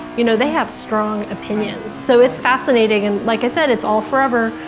you know, they have strong opinions. so it's fascinating. and like i said, it's all forever.